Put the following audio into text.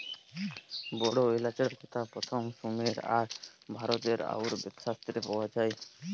বড় এলাচের কথা প্রথম সুমের আর ভারতের আয়ুর্বেদ শাস্ত্রে পাওয়া যায়